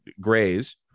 grays